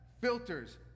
filters